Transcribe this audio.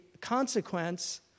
consequence